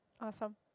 Awesome